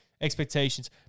expectations